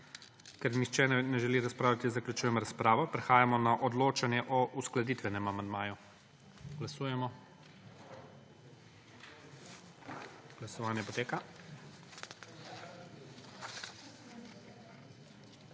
Ker nihče ne želi razpravljati, zaključujem razpravo. Prehajamo na odločanje o uskladitvenem amandmaju. Glasujemo. Navzočih